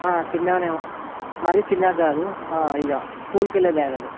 చిన్నగా మరి చిన్నగా కాదు ఇక స్కూల్కు వెళ్ళే బ్యాగ్ అది